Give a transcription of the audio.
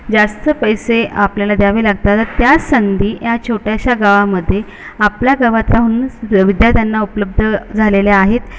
जास्त पैसे आपल्याला द्यावे लागतात त्याच संधी या छोट्याशा गावामध्ये आपल्या गावात राहूनच विद्यार्थ्याना उपलब्ध झालेल्या आहेत